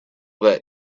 that